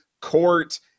court